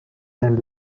and